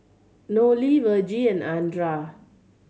Nolie Vergie and Andra